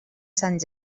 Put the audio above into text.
sant